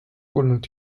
kuulnud